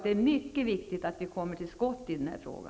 Det är viktigt att vi kommer till skott i denna fråga.